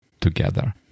Together